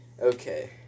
Okay